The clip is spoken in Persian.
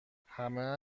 همه